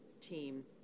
team